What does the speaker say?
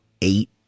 eight